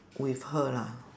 with her lah